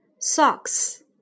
socks